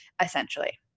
essentially